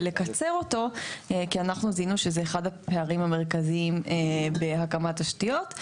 ולקצר אותו כי אנחנו זיהינו שזה אחד הפערים המרכזיים בהקמת תשתיות.